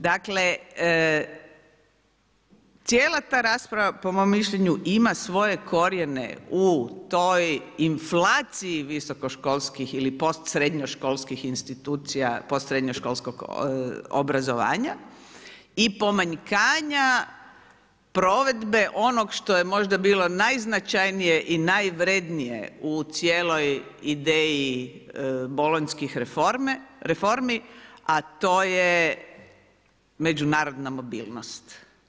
Dakle, cijela ta rasprava po mom mišljenju ima svoje korijene u toj inflaciji visokoškolskih i post srednjoškolskih institucija post srednjoškolskog obrazovanja i pomanjkanja provedbe onog što je možda bilo najznačajnije i najvrjednije u cijeloj ideji bolonjskih reformi a to je međunarodna mobilnost.